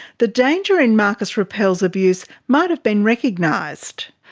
the danger in marcus rappel's abuse might have been recognised.